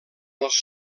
els